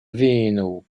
vino